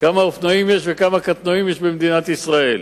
כמה אופנועים יש וכמה קטנועים יש במדינת ישראל?